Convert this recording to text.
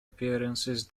appearances